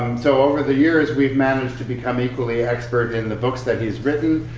so over the years we've managed to become equally expert in the books that he's written.